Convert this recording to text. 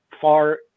far